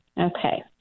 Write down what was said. Okay